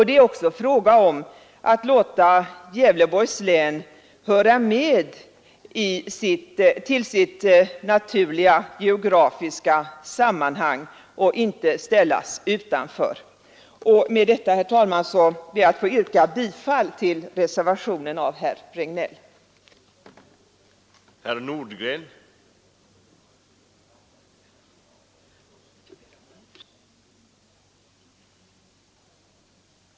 Det är också fråga om att låta Gävleborgs län få höra till sitt naturliga geografiska sammanhang och inte ställas utanför. Med detta, herr talman, ber jag att få yrka bifall till reservationen av herr Regnéll m.fl.